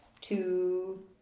two